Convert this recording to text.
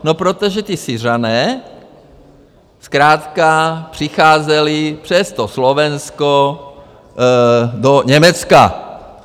No protože ti Syřané zkrátka přicházeli přes Slovensko do Německa.